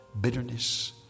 bitterness